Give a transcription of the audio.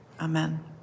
Amen